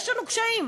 יש לנו קשיים.